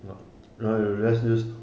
na~ no he will just use